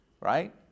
right